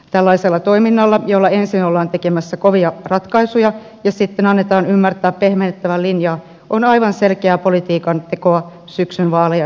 tällainen toiminta jolla ensin ollaan tekemässä kovia ratkaisuja ja sitten annetaan ymmärtää pehmennettävän linjaa on aivan selkeää politiikan tekoa syksyn vaaleja silmällä pitäen